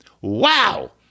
wow